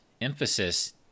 emphasis